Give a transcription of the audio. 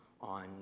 on